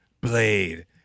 Blade